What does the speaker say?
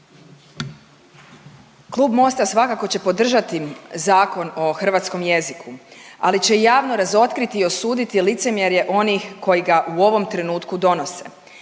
Klub Mosta svakako će podržati Zakon o hrvatskom jeziku, ali će javno razotkriti i osuditi licemjerje onih koji ga u ovom trenutku donose